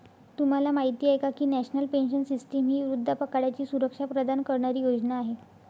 तुम्हाला माहिती आहे का की नॅशनल पेन्शन सिस्टीम ही वृद्धापकाळाची सुरक्षा प्रदान करणारी योजना आहे